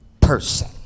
person